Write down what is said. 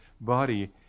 body